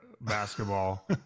basketball